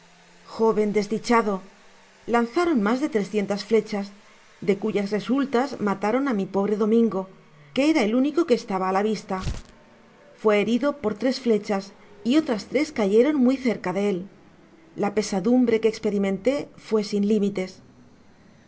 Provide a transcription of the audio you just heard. joven desdichado lanzaron mas de trescientas flechas de cuyas resultas mataros á mi pobre domingo que era el único que estaba á la vista fué herido por tres flechas y otras tres cayeron muy cerca de él la pesadumbre que esperimeutó fué sin límites